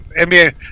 NBA